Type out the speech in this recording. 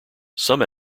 some